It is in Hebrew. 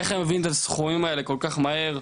איך הם מביאים את הסכומים כל כך מהר?